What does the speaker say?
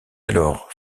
alors